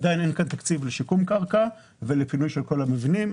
עדיין אין כאן תקציב לשיקום קרקע ולפינוי של כל המבנים.